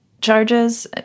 charges